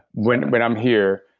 when when i'm here,